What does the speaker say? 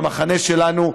מהפך במחנה שלנו.